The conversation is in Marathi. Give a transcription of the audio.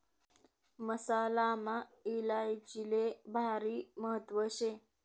मसालामा इलायचीले भारी महत्त्व शे